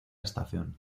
estación